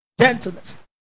gentleness